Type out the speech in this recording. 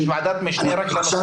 יש ועדת משנה רק לנושא הזה.